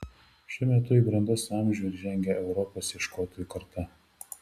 šiuo metu į brandos amžių žengia europos ieškotojų karta